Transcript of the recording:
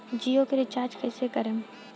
जियो के रीचार्ज कैसे करेम?